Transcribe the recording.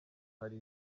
hari